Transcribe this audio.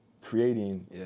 creating